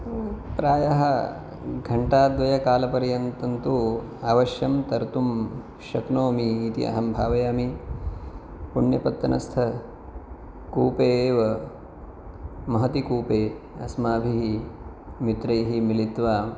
प्रायः घण्टाद्वयकालपर्यन्तन्तु अवश्यं तर्तुं शक्नोमि इति अहं भावयामि पुण्यपत्तनस्थ कूपे एव महती कूपे अस्माभिः मित्रैः मिलित्वा